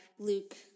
Luke